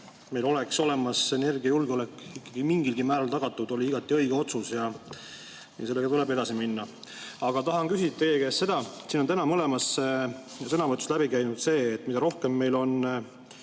meil oleks energiajulgeolek mingilgi määral tagatud, oli igati õige otsus. Sellega tuleb edasi minna. Aga tahan küsida teie käest seda. Siin on täna mõlemast sõnavõtust läbi käinud see, et mida rohkem meil on